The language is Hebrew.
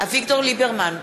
אביגדור ליברמן,